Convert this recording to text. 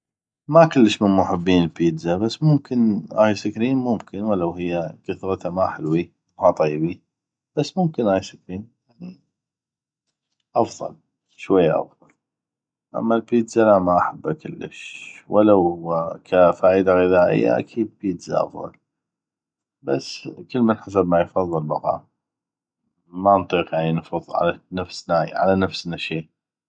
ما كلش من محبين البيتزا بس ممكن ايسكريم ولو هيه كثغته ما حلوي ما طيبي بس ممكن ايسكريم يعني افضل شويه افضل اما البيتزا ما احبه كلش ولو ك فائدة غذائية اكيد بيتزا افضل بس كلمن حسب ما يفضل بقى ما نطيق نفرض على نفسنا شي